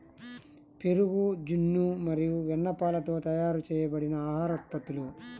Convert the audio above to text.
పెరుగు, జున్ను మరియు వెన్నపాలతో తయారు చేయబడిన ఆహార ఉత్పత్తులు